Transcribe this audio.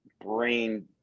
brain